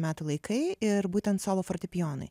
metų laikai ir būtent solo fortepijonai